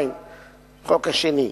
החוק השני,